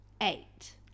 eight